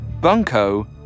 Bunko